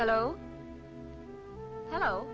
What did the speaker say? hello hello